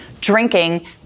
drinking